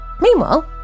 Meanwhile